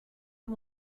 you